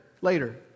later